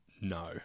No